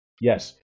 Yes